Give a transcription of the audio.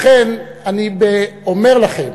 לכן אני אומר לכם